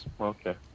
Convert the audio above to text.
okay